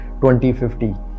2050